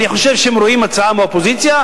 אני חושב שהם רואים הצעה מהאופוזיציה,